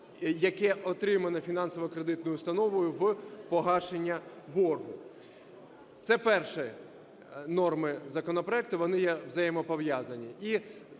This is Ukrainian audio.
яке отримане фінансово-кредитною установою в погашення боргу. Це перша норма законопроекту, вони є взаємопов'язані.